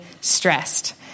stressed